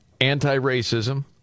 anti-racism